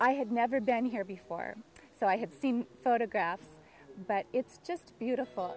i had never been here before so i have seen photographs but it's just beautiful